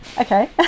okay